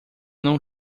não